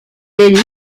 vell